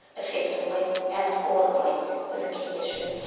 effectively and affordably is a key issue.